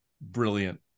brilliant